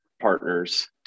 partners